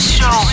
Show